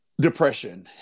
depression